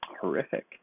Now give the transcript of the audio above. horrific